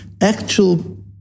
actual